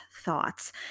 thoughts